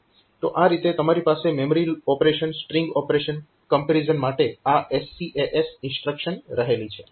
તો આ રીતે તમારી પાસે memory operation string operation comparison માટે આ SCAS ઇન્સ્ટ્રક્શન રહેલી છે